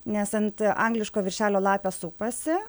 nes ant angliško viršelio lapė supasi